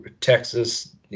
Texas